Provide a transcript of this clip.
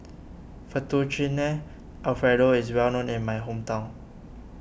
Fettuccine Alfredo is well known in my hometown